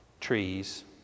Trees